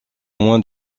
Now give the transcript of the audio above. moins